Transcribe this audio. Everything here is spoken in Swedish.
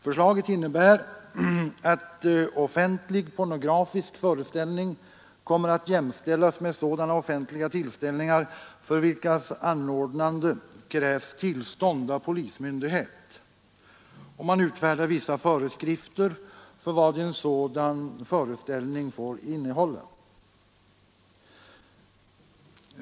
Förslaget innebär att offentlig pornografisk föreställning kommer att jämställas med sådana offentliga tillställningar för vilkas anordnande krävs tillstånd av polismyndighet. Man utfärdar vissa föreskrifter för vad en sådan föreställning får innehålla.